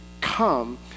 come